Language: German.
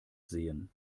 sehen